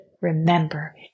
remember